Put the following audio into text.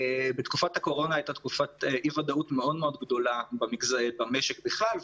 בתקופת הקורונה הייתה תקופת אי-ודאות מאוד גדולה במשק בכלל,